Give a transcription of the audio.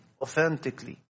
authentically